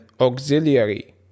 auxiliary